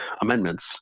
amendments